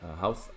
house